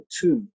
two